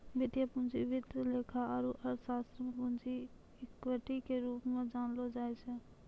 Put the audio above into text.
वित्तीय पूंजी वित्त लेखा आरू अर्थशास्त्र मे पूंजी इक्विटी के रूप मे जानलो जाय छै